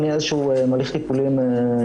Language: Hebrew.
איזה שינויים עברנו.